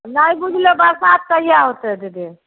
नहि बुझलहुँ बरसात कहिया होतै दीदी